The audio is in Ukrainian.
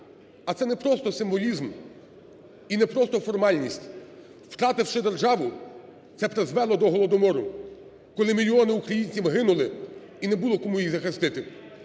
А це не просто символізм і не просто формальність. Втративши державу, це призвело до Голодомору, коли мільйони українців гинули і не було кому їх захистити.